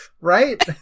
Right